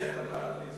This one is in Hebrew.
אתה בא לכנסת,